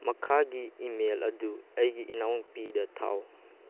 ꯃꯈꯥꯒꯤ ꯏꯃꯦꯜ ꯑꯗꯨ ꯑꯩꯒꯤ ꯏꯅꯥꯎꯅꯨꯄꯤꯗ ꯊꯥꯎ